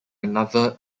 another